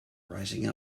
rising